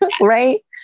right